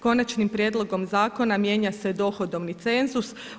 Konačnim prijedlogom zakona mijenja se dohodovni cenzus.